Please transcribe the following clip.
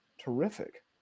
terrific